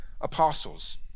apostles